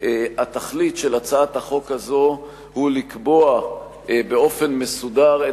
התכלית של הצעת החוק הזו היא לקבוע באופן מסודר את